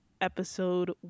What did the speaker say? episode